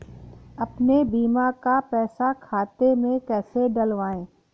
अपने बीमा का पैसा खाते में कैसे डलवाए?